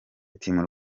team